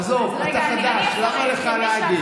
עזוב, אתה חדש, למה לך להגיב?